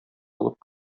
алып